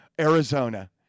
Arizona